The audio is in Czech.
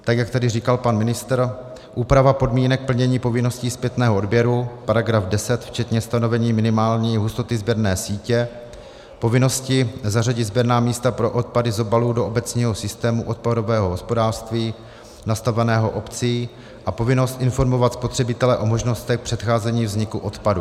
Tak jak tady říkal pan ministr, úprava podmínek plnění povinnosti zpětného odběru, § 10 včetně stanovení minimální hustoty sběrné sítě, povinnosti zařadit sběrná místa pro odpady z obalů do obecního systému odpadového hospodářství nastaveného obcí a povinnost informovat spotřebitele o možnostech předcházení vzniku odpadu.